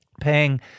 paying